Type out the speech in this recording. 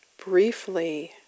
briefly